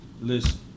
Listen